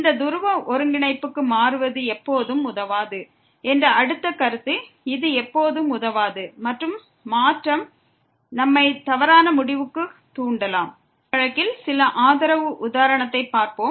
இந்த துருவ ஒருங்கிணைப்புக்கு மாறுவது எப்போதும் உதவாது என்பது அடுத்த கருத்து இது எப்போதும் உதவாது மற்றும் மாற்றம் நம்மை தவறான முடிவுக்கு தூண்டலாம் இந்த வழக்கில் சில ஆதரவு உதாரணத்தை பார்ப்போம்